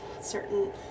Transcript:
certain